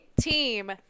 team